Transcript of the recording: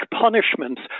punishments